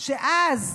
שאז,